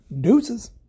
Deuces